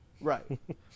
Right